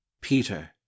peter